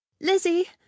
Lizzie